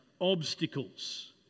obstacles